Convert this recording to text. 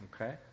Okay